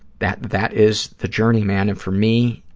that that is the journey, man, and for me,